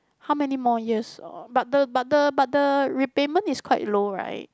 how many more years or but the but the but the repayment is quite low right